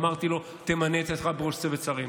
אמרתי לו: תמנה את עצמך בראש צוות שרים.